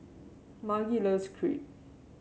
Margie loves Crepe